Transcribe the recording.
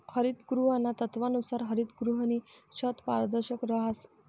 हरितगृहाना तत्वानुसार हरितगृहनी छत पारदर्शक रहास